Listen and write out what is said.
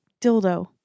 dildo